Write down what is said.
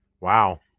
Wow